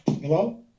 Hello